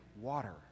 water